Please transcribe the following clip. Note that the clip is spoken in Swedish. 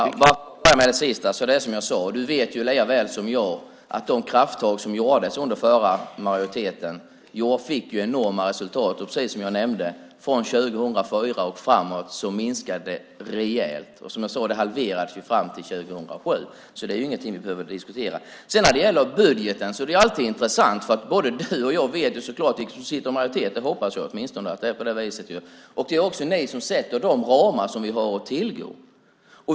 Herr talman! Jag börjar med det sista. Det är som jag sade. Du vet lika väl som jag att de krafttag som gjordes under förra majoriteten fick enorma resultat. Precis som jag nämnde minskade det rejält från 2004 och framåt. Som jag sade halverades det fram till 2007. Så det är inget vi behöver diskutera. När det gäller budgeten är det alltid intressant. Du sitter i majoritet, och ni sätter de ramar som vi har att tillgå.